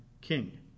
king